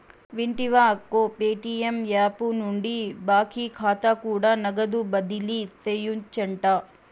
వింటివా అక్కో, Paytm app నుండి బాకీ కాతా కూడా నగదు బదిలీ సేయొచ్చంట